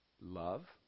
Love